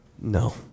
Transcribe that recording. No